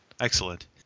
Excellent